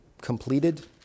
completed